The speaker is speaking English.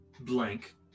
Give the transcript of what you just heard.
blank